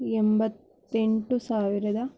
ಎಂಬತ್ತೆಂಟು ಸಾವಿರದ